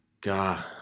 God